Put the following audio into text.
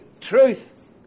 truth